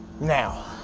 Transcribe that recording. Now